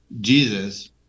jesus